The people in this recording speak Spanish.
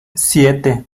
siete